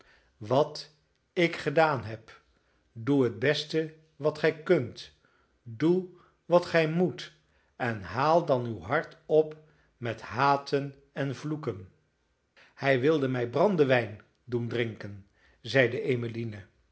wat ik gedaan heb doe het beste wat gij kunt doe wat gij moet en haal dan uw hart op met haten en vloeken hij wilde mij brandewijn doen drinken zeide emmeline